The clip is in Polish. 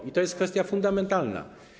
I to jest kwestia fundamentalna.